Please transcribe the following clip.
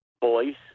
boys